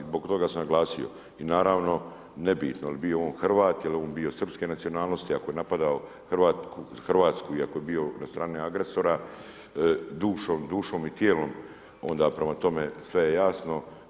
Zbog toga sam naglasio i naravno nebitno jel' bio on Hrvat ili on bio srpske nacionalnosti, ako je napadao Hrvatsku i ako je bio na strani agresora dušom, dušom i tijelom onda prema tome sve je jasno.